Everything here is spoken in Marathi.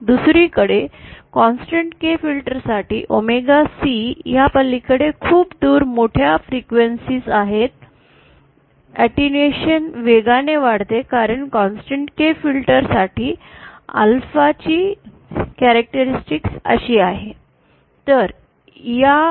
दुसरीकडे कॉन्सेंटेंट K फिल्टर साठी ओमेगा C हया पलीकडे खूप दुर मोठ्या वारंवारता आहे अटेन्यूएशन वेगाने वाढते कारण कॉन्सेंटेंट K फिल्टर साठी अल्फा ची वैशिष्ट्ये अशी आहे